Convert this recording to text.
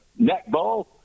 netball